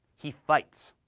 he fights.